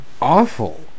awful